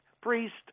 priest